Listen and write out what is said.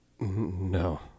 No